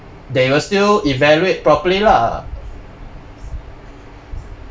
they will still evaluate properly lah